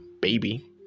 baby